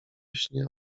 śnie